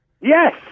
Yes